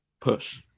push